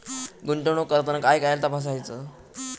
गुंतवणूक करताना काय काय तपासायच?